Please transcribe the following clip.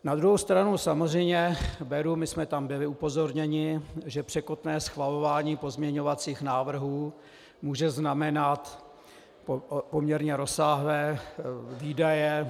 Na druhou stranu samozřejmě beru, my jsme tam byli upozorněni, že překotné schvalování pozměňovacích návrhů může znamenat poměrně rozsáhlé výdaje.